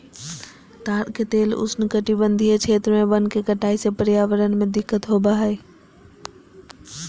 ताड़ के तेल उष्णकटिबंधीय क्षेत्र में वन के कटाई से पर्यावरण में दिक्कत होबा हइ